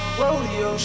Rodeo